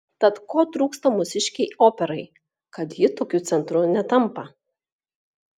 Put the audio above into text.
tad ko trūksta mūsiškei operai kad ji tokiu centru netampa